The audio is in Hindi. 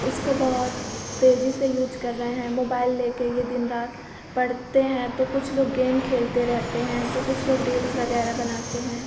इसको बहुत तेज़ी से यूज कर रहे हैं मोबाइल लेकर यह दिन रात पढ़ते हैं तो कुछ लोग गेम खेलते रहते हैं तो कुछ लोग रील्स वग़ैरह बनाते हैं